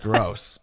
Gross